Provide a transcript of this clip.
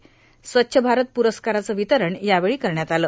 स्वच्छ भारत पुरस्कारांचं वितरण यावेळी करण्यात आलं